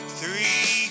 three